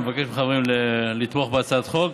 אני מבקש מהחברים לתמוך בהצעת החוק.